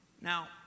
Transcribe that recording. Now